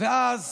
ואז